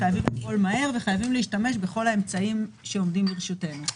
חייבים לפעול מהר וחייבים להשתמש בכל האמצעים שעומדים לרשותנו.